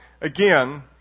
again